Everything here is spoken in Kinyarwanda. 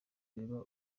reba